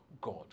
God